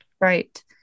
Right